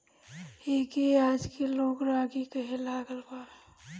एके आजके लोग रागी कहे लागल बा